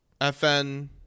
fn